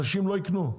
אנשים לא יקנו.